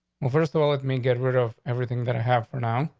well, first of all, let me get rid of everything that i have for now.